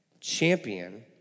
champion